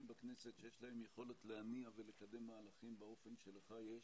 בכנסת שיש להם יכולת להניע ולקדם מהלכים באופן שלך יש,